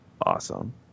awesome